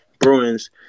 Bruins